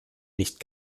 nicht